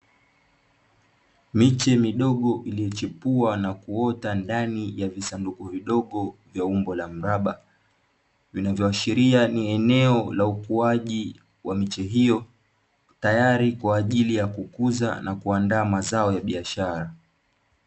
Miche midogo iliyochipua na kuota ndani ya visanduku vidogo vya umbo la mraba, vinavyoashiria ni eneo la ukuaji wa miche hiyo, tayari kwa ajili ya kukuza na kuandaa mazao ya biashara.